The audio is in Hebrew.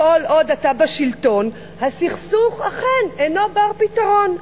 כל עוד אתה בשלטון, הסכסוך אכן אינו בר-פתרון.